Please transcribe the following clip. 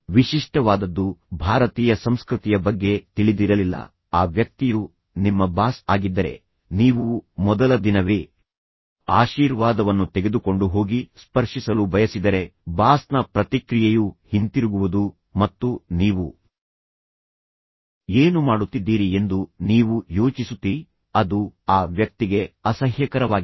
ವಿಶಿಷ್ಟವಾದದ್ದು ಭಾರತೀಯ ಸಂಸ್ಕೃತಿಯ ಬಗ್ಗೆ ತಿಳಿದಿರಲಿಲ್ಲ ಆ ವ್ಯಕ್ತಿಯು ನಿಮ್ಮ ಬಾಸ್ ಆಗಿದ್ದರೆ ನೀವು ಮೊದಲ ದಿನವೇ ಆಶೀರ್ವಾದವನ್ನು ತೆಗೆದುಕೊಂಡು ಹೋಗಿ ಸ್ಪರ್ಶಿಸಲು ಬಯಸಿದರೆ ಬಾಸ್ನ ಪ್ರತಿಕ್ರಿಯೆಯು ಹಿಂತಿರುಗುವುದು ಮತ್ತು ನೀವು ಏನು ಮಾಡುತ್ತಿದ್ದೀರಿ ಎಂದು ನೀವು ಯೋಚಿಸುತ್ತೀರಿ ಅದು ಆ ವ್ಯಕ್ತಿಗೆ ಅಸಹ್ಯಕರವಾಗಿದೆ